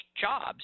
jobs